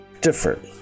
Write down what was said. different